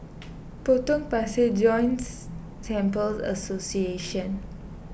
Potong Pasir Joints Temples Association